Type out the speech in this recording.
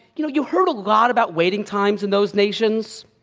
you know you heard a lot about waiting times in those nations.